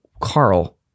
Carl